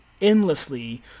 endlessly